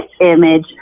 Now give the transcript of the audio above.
image